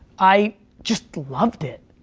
i just loved it.